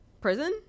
prison